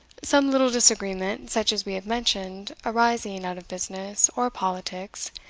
some little disagreement, such as we have mentioned, arising out of business, or politics,